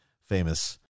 famous